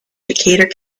decatur